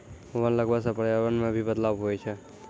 वन लगबै से पर्यावरण मे भी बदलाव हुवै छै